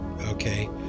okay